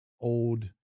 old